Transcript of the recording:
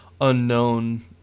unknown